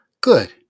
Good